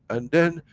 and then,